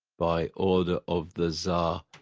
by order of the czar,